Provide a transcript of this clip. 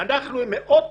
אנחנו עם מאות